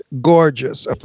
gorgeous